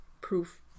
proof